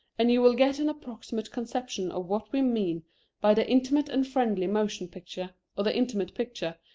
and you will get an approximate conception of what we mean by the intimate-and-friendly motion picture, or the intimate picture,